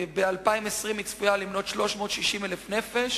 וצפוי כי בשנת 2020 היא תהיה 360,000 נפש.